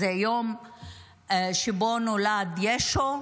זה היום שנולד ישו,